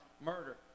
murder